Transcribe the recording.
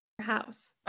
house